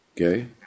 Okay